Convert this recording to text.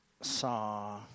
saw